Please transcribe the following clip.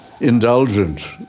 indulgent